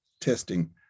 testing